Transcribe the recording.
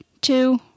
two